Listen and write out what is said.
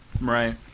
Right